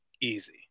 easy